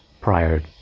prior